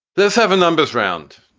there's seven numbers round.